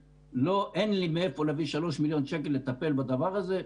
אין לי מאיפה להביא 3 מיליון שקל לטפל בדבר הזה.